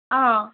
অঁ